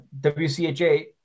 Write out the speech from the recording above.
WCHA